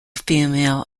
female